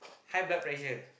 high blood pressure